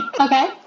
Okay